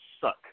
suck